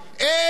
אין.